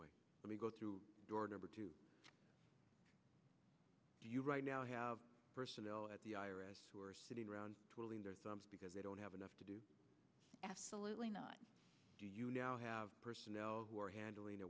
way let me go through door number two you right now have personnel at the i r s who are sitting around twiddling their thumbs because they don't have enough to do absolutely not do you now have personnel who are handling